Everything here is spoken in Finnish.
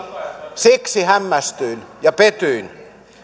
siksi hämmästyin ja petyin